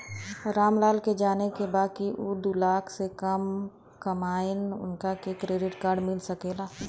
राम लाल के जाने के बा की ऊ दूलाख से कम कमायेन उनका के क्रेडिट कार्ड मिल सके ला?